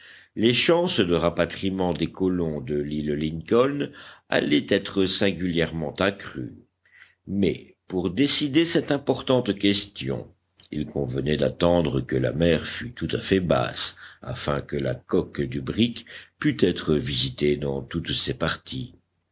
les chances de rapatriement des colons de l'île lincoln allaient être singulièrement accrues mais pour décider cette importante question il convenait d'attendre que la mer fût tout à fait basse afin que la coque du brick pût être visitée dans toutes ses parties